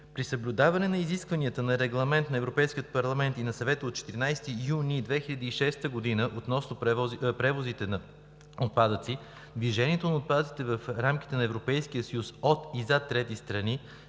При съблюдаване на изискванията на Регламента на Европейския парламент и на Съвета от 14 юни 2006 г. относно превозите на отпадъци движението на отпадъци в рамките на Европейския съюз, от и за трети страни